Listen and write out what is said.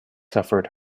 suffered